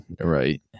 right